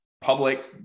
public